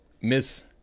Miss